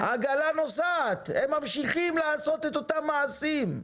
העגלה נוסעת, הם ממשיכים לעשות את אותם מעשים.